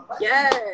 Yes